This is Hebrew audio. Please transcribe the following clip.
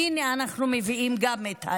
הינה, אנחנו מביאים גם את האמת.